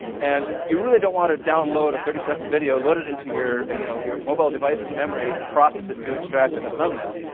and you really don't want to download a thirty second video, load it into your you know your mobile device's memory, and process it to extract a thumbnail.